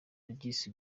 regis